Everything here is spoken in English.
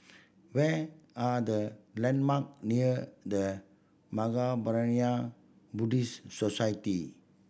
where are the landmark near The Mahaprajna Buddhist Society